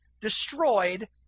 destroyed